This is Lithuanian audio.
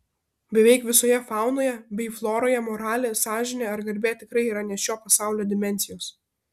beveik visoje faunoje bei floroje moralė sąžinė ar garbė tikrai yra ne šio pasaulio dimensijos